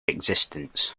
existence